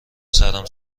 سرم